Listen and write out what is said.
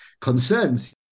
concerns